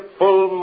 full